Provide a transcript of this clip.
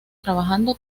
trabajando